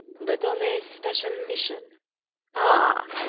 but on a special mission ah!